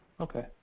Okay